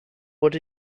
what